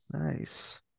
nice